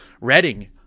Reading